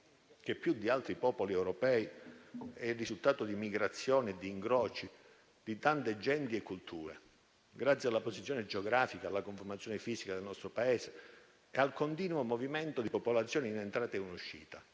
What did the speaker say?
che più di altri popoli europei è il risultato di migrazioni e di incroci di tante genti e culture, grazie alla posizione geografica, alla conformazione fisica del nostro Paese e al continuo movimento di popolazioni in entrata e in uscita.